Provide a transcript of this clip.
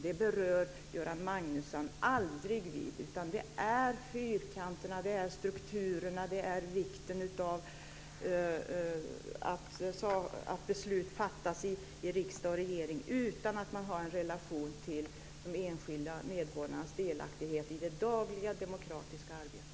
Det berör Göran Magnusson aldrig, utan det handlar om fyrkanterna, strukturerna och vikten av att beslut fattas i riksdag och regering utan att man har en relation till de enskilda medborgarnas delaktighet i det dagliga demokratiska arbetet.